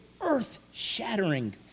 earth-shattering